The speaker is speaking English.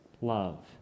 love